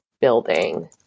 Building